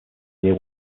year